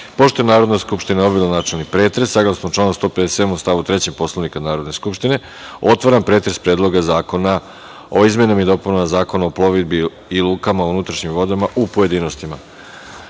je Narodna skupština obavila načelni pretres, saglasno članu 157. stav 3. Poslovnika Narodne skupštine, otvaram pretres Predloga zakona o izmenama i dopunama Zakona o plovidbi i lukama na unutrašnjim vodama u pojedinostima. Na